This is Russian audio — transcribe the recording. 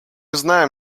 знаем